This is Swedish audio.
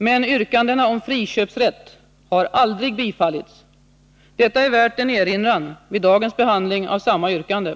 Men yrkandena om friköpsrätt har aldrig bifallits. Detta är värt en erinran vid dagens behandling av samma yrkanden.